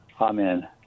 Amen